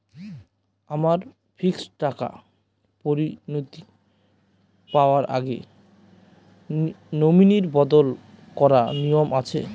আমার ফিক্সড টাকা পরিনতি পাওয়ার আগে নমিনি বদল করার নিয়ম আছে?